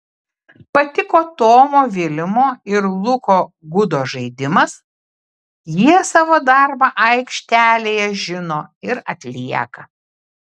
patiko tomo vilimo ir luko gudo žaidimas jie savo darbą aikštelėje žino ir atlieka